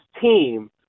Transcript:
team